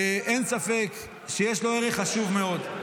אין ספק שיש לו ערך חשוב מאוד.